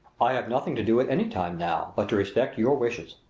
i have nothing to do at any time now but to respect your wishes,